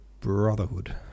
brotherhood